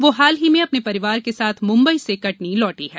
वह हाल ही में अपने परिवार के साथ म्ंबई से कटनी लौटी है